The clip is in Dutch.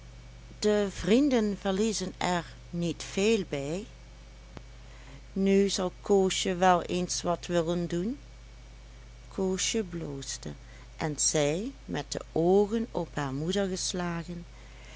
de vrienden verliezen er niet veel bij nu zal koosje wel eens wat willen doen koosje bloosde en zei met de oogen op haar moeder geslagen